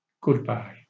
goodbye